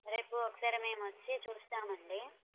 రేపు ఒకసారి మేము వచ్చి చూస్తామండి